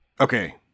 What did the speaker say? Okay